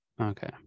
okay